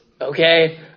okay